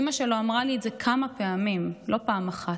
אימא שלו אמרה לי את זה כמה פעמים, לא פעם אחת.